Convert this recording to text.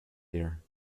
here